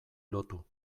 lotu